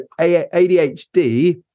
ADHD